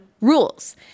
rules